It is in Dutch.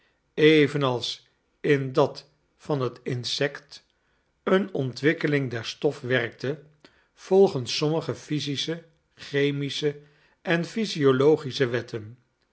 evenals in dat van het insect een ontwikkeling der stof werkte volgens sommige physische chemische en physiologische wetten